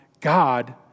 God